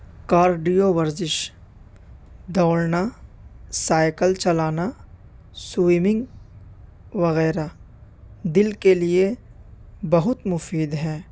cardio ورزش دوڑنا cycle چلانا سوئمنگ وغیرہ دل کے لیے بہت مفید ہیں